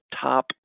top